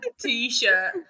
t-shirt